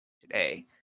today